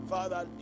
Father